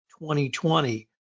2020